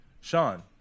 Sean